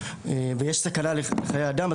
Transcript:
ויש סכנה לחיי אדם,